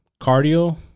Cardio